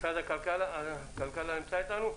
משרד הכלכלה נמצא אתנו בזום?